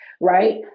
right